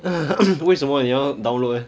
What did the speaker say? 为什么你要 download eh